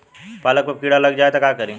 पालक पर कीड़ा लग जाए त का करी?